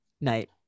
night